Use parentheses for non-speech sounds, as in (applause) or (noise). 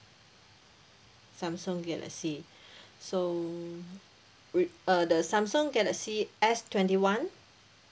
samsung galaxy (breath) so w~ uh the samsung galaxy S twenty one